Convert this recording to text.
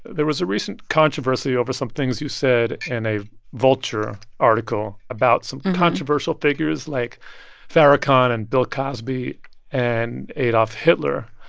there was a recent controversy over some things you said in a vulture article about some controversial figures like farrakhan and bill cosby and adolf hitler.